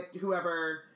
whoever